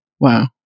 Wow